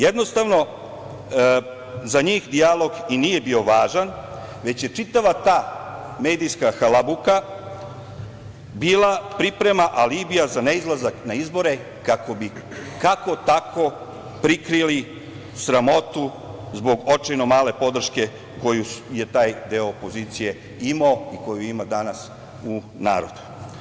Jednostavno, za njih dijalog i nije bio važan, već je čitava ta medijska halabuka bila priprema alibija za neizlazak na izbore kako bi kako-tako prikrili sramoti zbog očajno male podrške koju je taj deo opozicije imao i koju ima danas u narodu.